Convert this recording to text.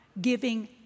giving